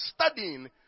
studying